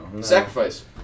Sacrifice